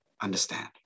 understand